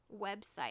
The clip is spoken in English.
website